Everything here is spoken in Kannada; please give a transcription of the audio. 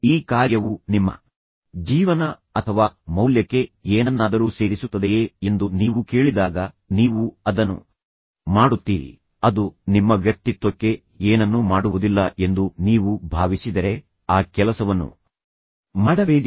ಈ ಕಾರ್ಯವು ನಿಮ್ಮ ಜೀವನ ಅಥವಾ ಮೌಲ್ಯಕ್ಕೆ ಏನನ್ನಾದರೂ ಸೇರಿಸುತ್ತದೆಯೇ ಎಂದು ನೀವು ಕೇಳಿದಾಗ ನೀವು ಅದನ್ನು ಮಾಡುತ್ತೀರಿ ಅದು ನಿಮ್ಮ ವ್ಯಕ್ತಿತ್ವಕ್ಕೆ ಏನನ್ನೂ ಮಾಡುವುದಿಲ್ಲ ಎಂದು ನೀವು ಭಾವಿಸಿದರೆ ಆ ಕೆಲಸವನ್ನು ಮಾಡಬೇಡಿ